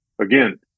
again